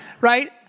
right